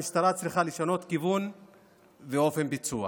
המשטרה צריכה לשנות כיוון ואופן ביצוע.